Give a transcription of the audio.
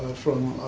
from